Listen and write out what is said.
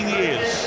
years